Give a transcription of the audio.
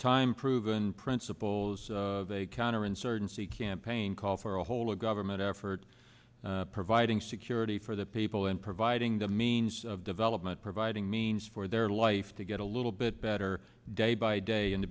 time proven principles of a counterinsurgency campaign call for a whole of government effort providing security for the people and providing the means of development providing means for their life to get a little bit better day by day and to